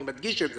אני מדגיש את זה,